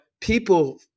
people